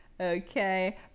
Okay